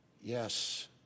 Yes